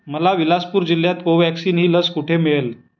मला विलासपूर जिल्ह्यात कोव्हॅक्सिन ही लस कुठे मिळेल